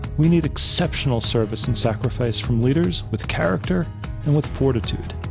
we need exceptional service and sacrifice from leaders with character and with fortitude.